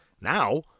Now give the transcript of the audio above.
Now